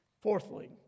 Fourthly